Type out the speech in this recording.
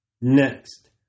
Next